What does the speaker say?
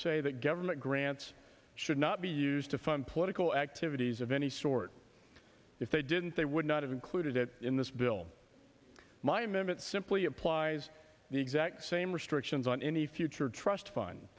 say that government grants should not be used to fund political activities of any sort if they didn't they would not have included it in this bill my m m it simply applies the exact same restrictions on any future trust fund